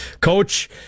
Coach